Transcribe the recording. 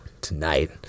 tonight